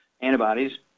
antibodies